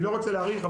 אני לא רוצה להאריך.